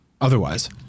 otherwise